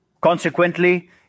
Consequently